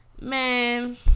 Man